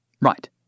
right